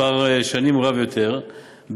מספר שנים רב יותר בגמלאות,